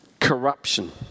Corruption